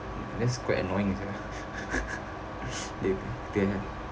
that's quite annoying sia they ya